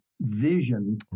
vision